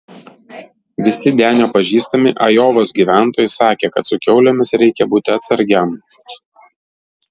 visi denio pažįstami ajovos gyventojai sakė kad su kiaulėmis reikia būti atsargiam